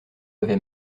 avait